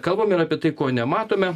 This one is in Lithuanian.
kalbam ir apie tai ko nematome